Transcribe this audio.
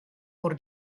pur